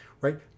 right